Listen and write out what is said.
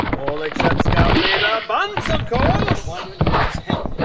all except scout leader bunce, of course! why don't you let us help?